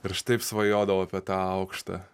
ir aš taip svajodavau apie tą aukštą